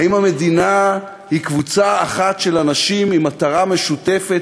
האם המדינה היא קבוצה אחת של אנשים עם מטרה משותפת,